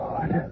Lord